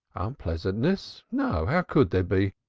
unpleasantness. no, how could there be?